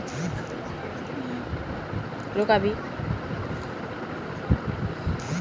net banking स खातात बितु लेन देन चेक करवा सख छि